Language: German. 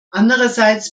andererseits